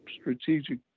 strategic